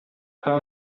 her